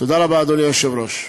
תודה רבה, אדוני היושב-ראש.